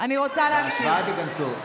אנחנו היחידים שאסור לנו,